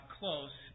close